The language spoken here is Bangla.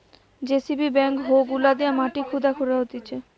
যেসিবি ব্যাক হো গুলা দিয়ে মাটি খুদা করা হতিছে